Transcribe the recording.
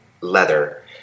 Leather